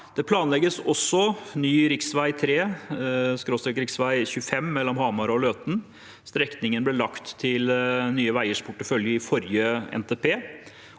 Det planlegges også ny rv. 3/rv. 25 mellom Hamar og Løten. Strekningen ble lagt til Nye veiers portefølje i forrige NTP,